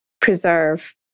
preserve